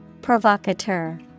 Provocateur